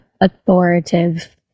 authoritative